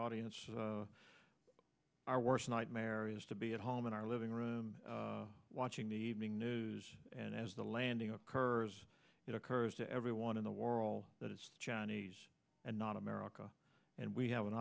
audience our worst nightmare is to be home in our living room watching the evening news and as the landing occurs it occurs to everyone in the world that it's chinese and not america and we have an